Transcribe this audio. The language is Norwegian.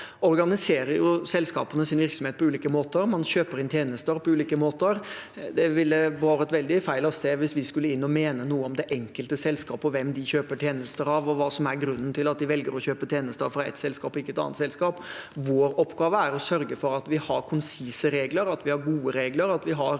organiserer jo sin virksomhet på ulike måter. Man kjøper inn tjenester på ulike måter. Det ville båret veldig feil av sted hvis vi skulle inn og mene noe om det enkelte selskap og hvem de kjøper tjenester av, og hva som er grunnen til at de velger å kjøpe tjenester fra ett selskap, og ikke et annet. Vår oppgave er å sørge for at vi har konsise regler, at vi har gode regler, at vi har